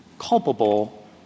culpable